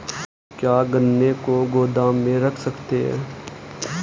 क्या गन्ने को गोदाम में रख सकते हैं?